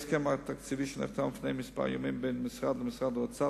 על-פי ההסכם התקציבי שנחתם לפני ימים מספר בין המשרד למשרד האוצר,